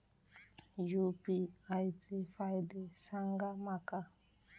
UPI चे फायदे सांगा माका?